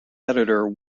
editor